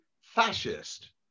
fascist